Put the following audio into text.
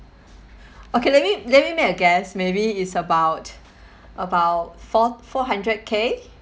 okay let me let me make a guess maybe it's about about four four hundred K